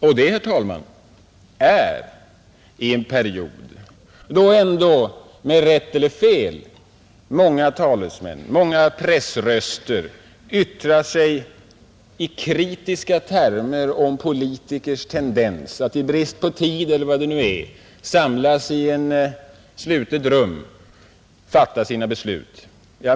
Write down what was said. Och det sker, herr talman, i en period då ändå — med rätt eller fel — många talesmän, många pressröster yttrar sig i kritiska termer om politikers tendens att i brist på tid eller vad det nu är samlas i ett slutet rum för att fatta sina beslut.